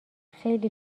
خیلی